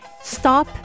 stop